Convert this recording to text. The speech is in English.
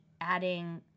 adding